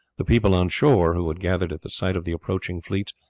the people on shore, who had gathered at the sight of the approaching fleets,